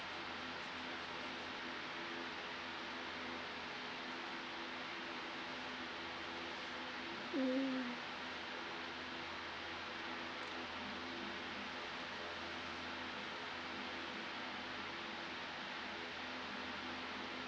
mm